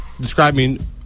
describing